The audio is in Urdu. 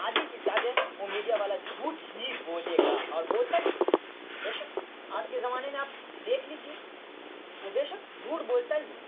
آدھی سے زیادہ وہ میڈیا والا جھوٹ ہی بولے گا اور بولتا ہی ہے بے شک آج کے زمانے میں آپ دیکھ لیجیے وہ بے شک جھوٹ بولتا ہی ہے